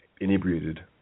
inebriated